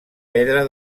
pedra